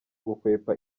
gukwepa